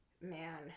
man